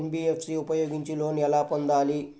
NBFC ఉపయోగించి loan ఎలా పొందాలి?